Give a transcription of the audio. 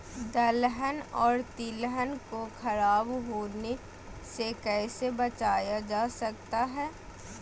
दलहन और तिलहन को खराब होने से कैसे बचाया जा सकता है?